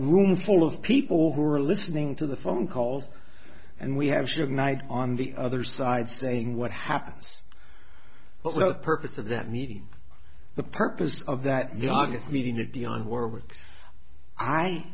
room full of people who are listening to the phone calls and we have sure night on the other side saying what happens but without purpose of that meeting the purpose of that not just meeting at the